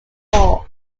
all